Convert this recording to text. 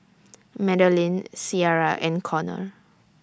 Madelynn Ciarra and Conner